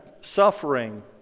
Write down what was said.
suffering